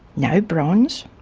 no bronze,